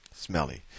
Smelly